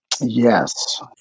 Yes